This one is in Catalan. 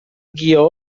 guió